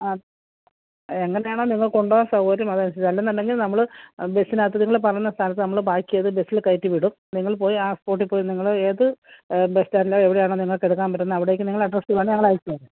ആ എങ്ങനെയാണോ നിങ്ങൾക്ക് കൊണ്ടുപോകാൻ സൗകര്യം അതനുസരിച്ച് അല്ല എന്നുണ്ടെങ്കിൽ നമ്മൾ ബസ്സിനകത്ത് നിങ്ങൾ പറഞ്ഞ സ്ഥലത്ത് നമ്മൾ പാക്ക് ചെയ്ത് ബസ്സിൽ കയറ്റിവിടും നിങ്ങൾ പോയി ആ സ്പോട്ടിൽ പോയി നിങ്ങൾ ഏത് ബസ് സ്റ്റാൻഡ് എവിടെയാണ് നിങ്ങൾക്ക് എടുക്കാൻ പറ്റുന്നത് അവിടേക്ക് നിങ്ങളുടെ അഡ്രസ്സിൽ വേണമെങ്കിൽ ഞങ്ങൾ അയച്ച് തരാം